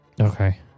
Okay